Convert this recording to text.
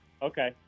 Okay